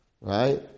right